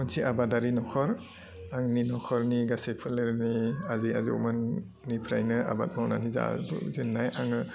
मोनसे आबादारि नखर आंनि नखरनि गासै फोलेरनि आजै आजौमोननिफ्रायनो आबाद मावनानै जा जेननाय आङो